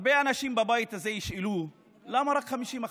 הרבה אנשים בבית הזה ישאלו: למה רק 50%?